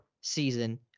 season